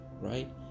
right